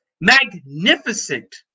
magnificent